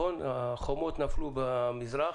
החומות נפלו במזרח,